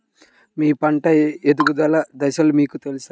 మీ పంట ఎదుగుదల దశలు మీకు తెలుసా?